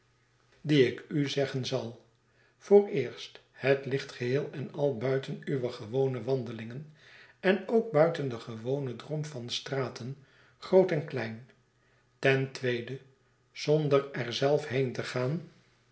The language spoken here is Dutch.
die ik u zeggen zal vooreerst het ligt geheel en albuiten uwe gewone wandelingen en ook buiten den gewonen drom van straten groot en klein ten tweede zonder er zelf heen te gaan